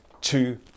two